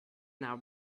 now